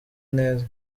neza